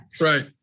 Right